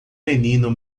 menino